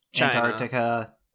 Antarctica